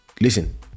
listen